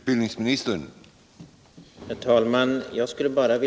Herr talman!